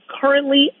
currently